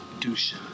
douche